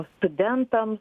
o studentams